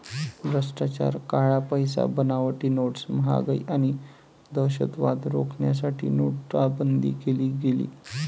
भ्रष्टाचार, काळा पैसा, बनावटी नोट्स, महागाई आणि दहशतवाद रोखण्यासाठी नोटाबंदी केली गेली